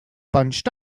bunched